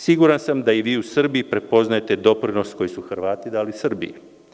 Siguran sam da i vi u Srbiji prepoznajete doprinos koji su Hrvati dali Srbiji.